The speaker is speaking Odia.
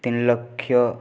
ତିନିଲକ୍ଷ